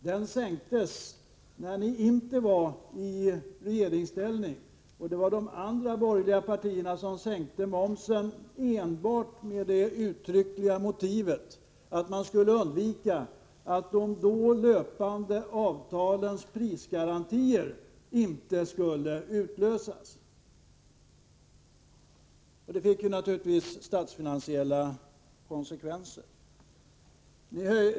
Den sänktes när ni inte var i regeringsställning — det var de andra borgerliga partierna som sänkte momsen, enbart med det uttryckliga motivet att man ville undvika att de då löpande avtalens prisgarantier inte skulle utlösas. Det fick naturligtvis statsfinansiella konsekvenser.